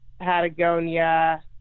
Patagonia